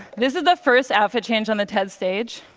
this is the first outfit change on the ted stage,